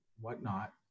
whatnot